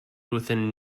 within